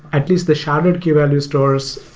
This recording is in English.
at least the sharded key value stores,